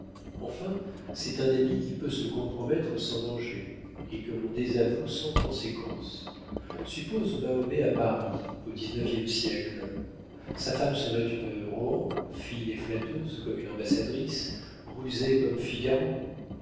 enfin c'est un ami qui peut se compromettre sans danger et que l'on désavoue sans conséquence suppose mahomet à paris au dix-neuvième siècle sa femme serait une rohan fine et flatteuse comme une ambassadrice rusée comme figaro